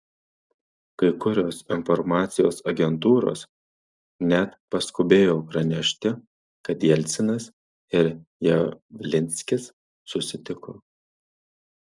kai kurios informacijos agentūros net paskubėjo pranešti kad jelcinas ir javlinskis susitiko